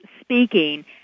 speaking